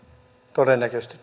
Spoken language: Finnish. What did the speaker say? todennäköisesti